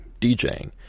DJing